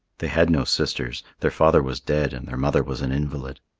they had no sisters their father was dead, and their mother was an invalid.